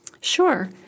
Sure